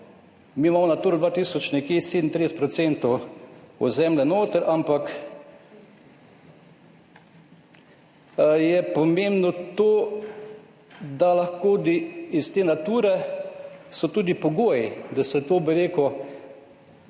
Mi imamo Naturo 2000, nekje 37 % ozemlje noter, ampak je pomembno to, da lahko iz te Nature so tudi pogoji, da se to, bi rekel,